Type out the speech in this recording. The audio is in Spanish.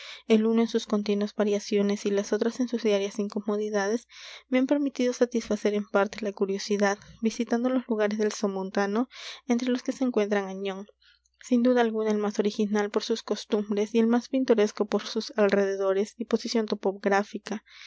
el uno en sus continuas variaciones y las otras en sus diarias incomodidades me han permitido satisfacer en parte la curiosidad visitando los lugares del somontano entre los que se encuentra añón sin duda alguna el más original por sus costumbres y el más pintoresco por sus alrededores y posición topográfica